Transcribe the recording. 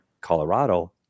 Colorado